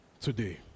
today